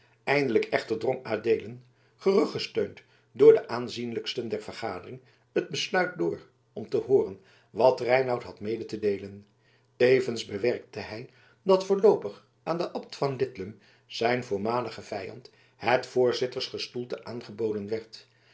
eindelijk echter drong adeelen gerugsteund door de aanzienlijksten der vergadering het besluit door om te hooren wat reinout had mede te deelen tevens bewerkte hij dat voorloopig aan den abt van lidlum zijn voormaligen vijand het voorzitters gestoelte aangeboden werd